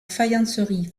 faïencerie